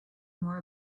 more